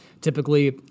Typically